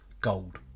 gold